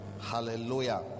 hallelujah